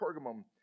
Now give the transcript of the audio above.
Pergamum